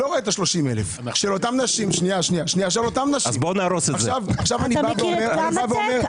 לא ראיתי 30,000. מכיר את קמא טק?